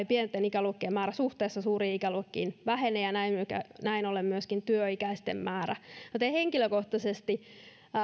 pienten ikäluokkien määrä suhteessa suuriin ikäluokkiin vähenee ja näin ollen myöskin työikäisten määrä joten henkilökohtaisesti